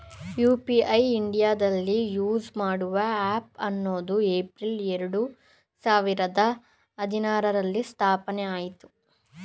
UPI ಇಂಡಿಯಾದಲ್ಲಿ use ಮಾಡುವ app ಹನ್ನೊಂದು ಏಪ್ರಿಲ್ ಎರಡು ಸಾವಿರದ ಹದಿನಾರುರಲ್ಲಿ ಸ್ಥಾಪನೆಆಯಿತು